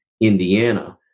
Indiana